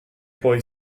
poi